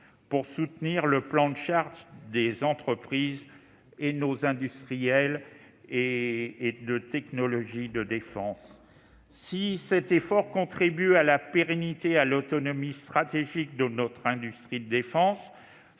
à soutenir le plan de charge des entreprises de notre base industrielle et technologique de défense. Si cet effort contribue à la pérennité et à l'autonomie stratégique de notre industrie de défense,